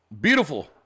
Beautiful